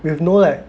with no like